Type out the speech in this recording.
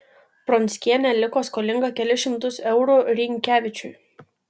pronckienė liko skolinga kelis šimtus eurų rynkevičiui